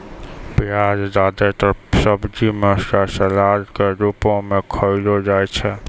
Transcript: प्याज जादेतर सब्जी म या सलाद क रूपो म खयलो जाय छै